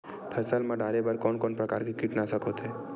फसल मा डारेबर कोन कौन प्रकार के कीटनाशक होथे?